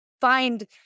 find